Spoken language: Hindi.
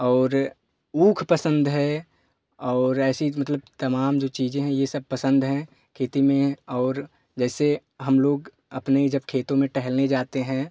और ऊख पसंद है और ऐसी मतलब तमाम जो चीज़ें हैं यह सब पसंद हैं खेती में और जैसे हम लोग अपने जब खेतों में टहलने जाते हैं